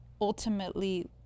ultimately